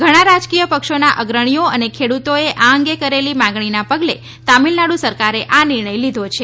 ઘણાં રાજકીય પક્ષોના અગ્રણીઓ અને ખેડૂતોએ આ અંગે કરેલી માગણીના પગલે તમીળનાડુ સરકારે આ નિર્ણય લીધો છે